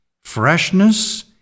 freshness